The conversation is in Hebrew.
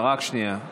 רק שנייה.